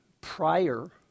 prior